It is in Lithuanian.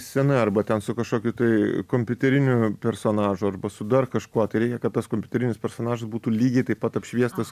scena arba ten su kažkokiu tai kompiuteriniu personažu arba su dar kažkuo tai reikia kad tas kompiuterinis personažas būtų lygiai taip pat apšviestas